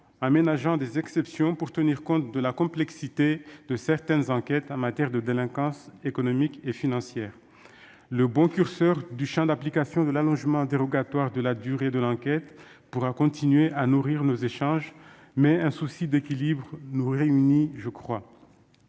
ménageant des exceptions pour tenir compte de la complexité de certaines enquêtes en matière de délinquance économique et financière. Le bon curseur du champ d'application de l'allongement dérogatoire de la durée de l'enquête pourra continuer à nourrir nos échanges, mais il me semble qu'un souci d'équilibre nous réunit. L'un des